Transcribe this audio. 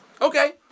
Okay